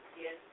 Yes